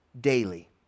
daily